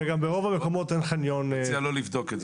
אני מציע לא לבדוק את זה.